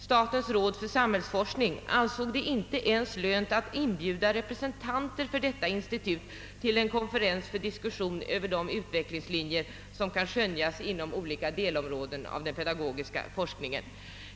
Statens råd för samhällsforskning ansåg det inte ens lönt att inbjuda representanter för institutionen till en konferens för diskussion över de utvecklingslinjer som kan skönjas inom olika delområden av den pedagogiska forskningen.